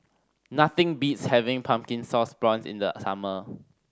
nothing beats having Pumpkin Sauce Prawns in the summer